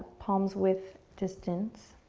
palm's width distance.